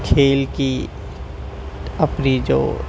کھیل کی اپنی جو